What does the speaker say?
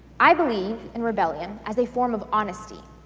i believe in rebellion as a form of honesty.